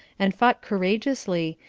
and fought courageously,